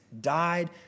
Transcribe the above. died